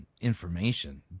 information